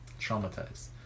Traumatized